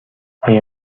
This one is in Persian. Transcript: آیا